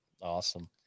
Awesome